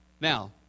Now